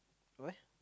what